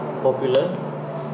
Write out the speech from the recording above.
popular